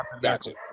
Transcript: gotcha